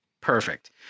perfect